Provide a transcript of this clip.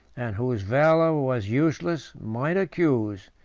and whose valor was useless, might accuse,